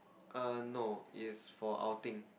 err no is for outing